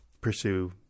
pursue